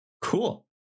cool